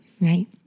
right